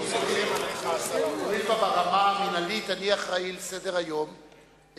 הואיל וברמה המינהלית אני אחראי לסדר-היום,